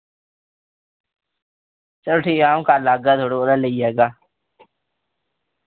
चलो ठीक ऐ आऊं कल आगा थुआढ़े कोला लेई जागा